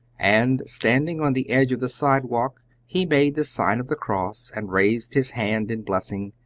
and, standing on the edge of the sidewalk, he made the sign of the cross and raised his hand in blessing,